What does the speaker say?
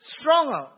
stronger